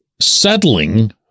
settling